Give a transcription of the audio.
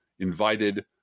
invited